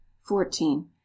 fourteen